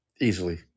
easily